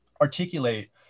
articulate